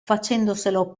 facendoselo